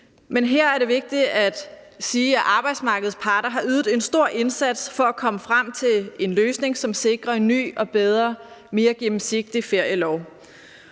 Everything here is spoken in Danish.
Men her er det vigtigt at sige, at arbejdsmarkedets parter har ydet en stor indsats for at komme frem til en løsning, som sikrer en ny og bedre, mere gennemsigtig ferielov.